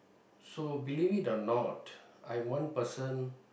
so believe it or not I'm one person